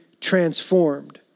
transformed